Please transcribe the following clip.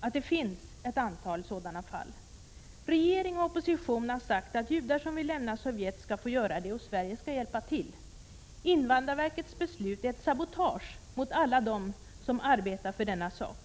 att det finns ett antal sådana fall. Regeringen och oppositionen har sagt att judar som vill lämna Sovjet skall få göra det, och Sverige skall hjälpa till. Invandrarverkets beslut är ett sabotage mot alla dem som arbetar för denna sak.